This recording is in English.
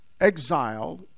exiled